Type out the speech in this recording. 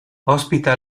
ospita